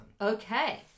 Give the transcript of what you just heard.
Okay